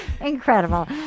Incredible